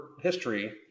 history